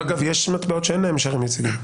אגב, יש מטבעות שאין להן שער יציג.